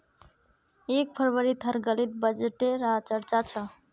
एक फरवरीत हर गलीत बजटे र चर्चा छ